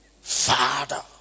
Father